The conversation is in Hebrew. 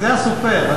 זה הסופר.